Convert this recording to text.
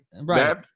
right